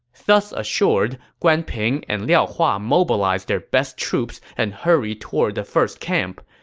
thus assured, guan ping and liao hua mobilized their best troops and hurried toward the first camp.